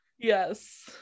yes